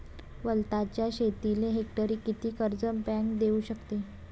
वलताच्या शेतीले हेक्टरी किती कर्ज बँक देऊ शकते?